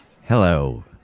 Hello